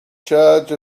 charge